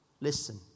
listen